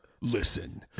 Listen